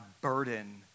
burden